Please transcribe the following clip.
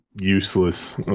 useless